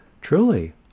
truly